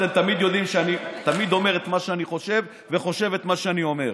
אתם יודעים שאני תמיד אומר את מה שאני חושב וחושב את מה שאני אומר.